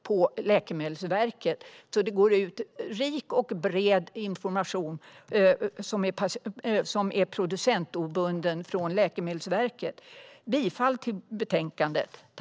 Det går alltså från Läkemedelsverket ut rik och bred information som är producentobunden. Jag yrkar bifall till förslaget i betänkandet.